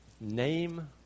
Name